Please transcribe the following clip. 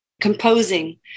composing